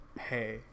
Hey